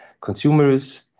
consumers